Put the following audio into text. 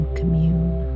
commune